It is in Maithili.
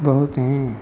बहुत हीं